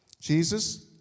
Jesus